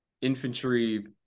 infantry